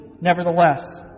nevertheless